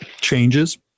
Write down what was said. changes